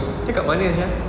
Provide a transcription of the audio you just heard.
dia kat mana sia